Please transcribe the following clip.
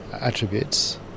attributes